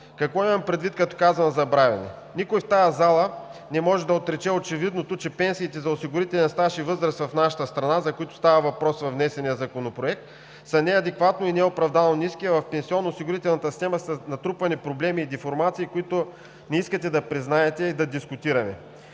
Какво имам предвид, като казвам „забравени“? Никой в тази зала не може да отрече очевидното, че пенсиите за осигурителен стаж и възраст в нашата страна, за които става въпрос във внесения законопроект, са неадекватно и неоправдано ниски, а в пенсионноосигурителната система са натрупани проблеми и деформации, които не искате да признаете и да дискутираме.